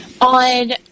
on